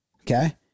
Okay